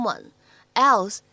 else